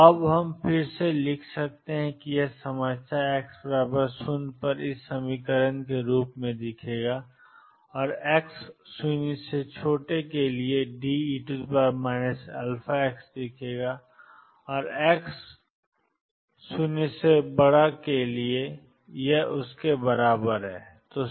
तो अब हम फिर से लिख सकते हैं यह समस्या है x0 xAeik1xBe ik1x x0 के लिए D e αx या x0 के बराबर है